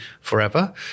forever